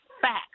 facts